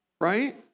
Right